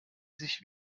sich